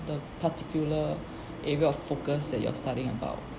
the particular area of focus that you're studying about